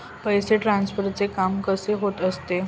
पैसे ट्रान्सफरचे काम कसे होत असते?